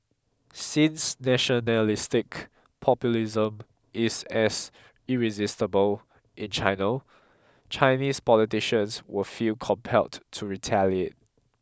since nationalistic populism is as irresistible in China Chinese politicians will feel compelled to retaliate